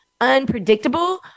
unpredictable